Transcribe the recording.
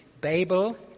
Babel